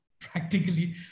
practically